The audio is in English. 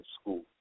school